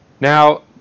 Now